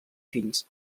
fills